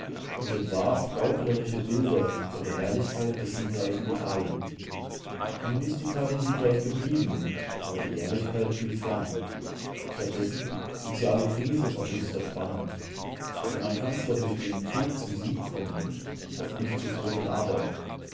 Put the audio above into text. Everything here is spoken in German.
und entwarf gauklerische bilder von der herrlichkeit des siegreichen italien nun ist italien siegreich geblieben aber die herrlichkeit blieb fern statt dessen soziale krisen von höchster spannung denn man kann zwar durch den krieg zum sieg kommen doch nicht zu brot und arbeit